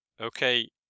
Okay